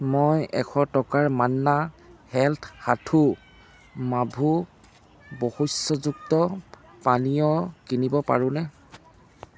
মই এশ টকাৰ মান্না হেল্থ সাথু মাভু বশুস্যযুক্ত পানীয় কিনিব পাৰোঁনে